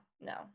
No